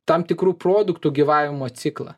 tam tikrų produktų gyvavimo ciklą